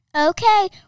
Okay